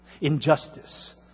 injustice